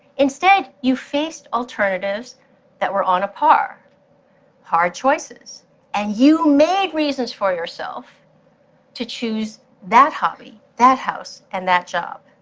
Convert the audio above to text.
instead, you faced alternatives that were on a par hard choices and you made reasons for yourself to choose that hobby, that house and that job.